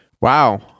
wow